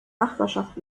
nachbarschaft